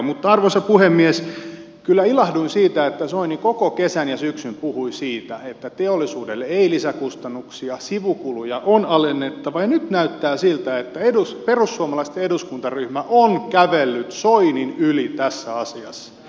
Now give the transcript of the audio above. mutta arvoisa puhemies kyllä ilahduin siitä että soini koko kesän ja syksyn puhui siitä että teollisuudelle ei lisäkustannuksia sivukuluja on alennettava ja nyt näyttää siltä että perussuomalaisten eduskuntaryhmä on kävellyt soinin yli tässä asiassa